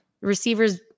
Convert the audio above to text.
receivers